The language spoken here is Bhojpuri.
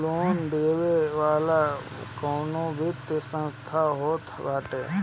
लोन देवे वाला कवनो वित्तीय संस्थान होत बाटे